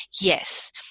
yes